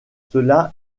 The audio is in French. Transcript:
cela